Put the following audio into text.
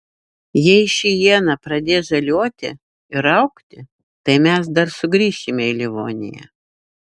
jei ši iena pradės žaliuoti ir augti tai mes dar sugrįšime į livoniją